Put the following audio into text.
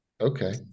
okay